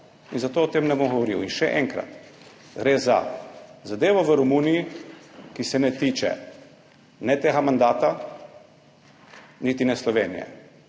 In zato o tem ne bom govoril. Še enkrat, gre za zadevo v Romuniji, ki se ne tiče ne tega mandata niti ne Slovenije.